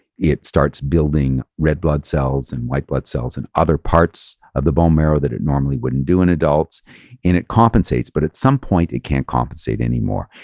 it starts building red blood cells and white blood cells and other parts of the bone marrow that it normally wouldn't do in adults and it compensates. but at some point it can't compensate anymore.